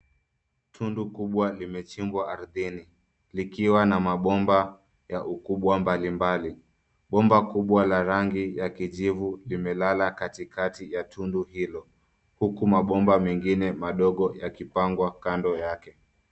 Tundu kubwa limechimbwa ardhini likiwa na mabomba ya ukubwa mbalimbali. Bomba kubwa la rangi ya kijivu limelala katikati ya tundu hilo huku mabomba mengine madogo yakipangwa kando yake.